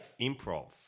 Improv